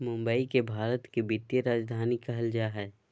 मुंबई के भारत के वित्तीय राजधानी कहल जा हइ